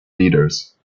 leaders